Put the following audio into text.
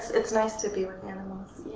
it's nice to be with animals.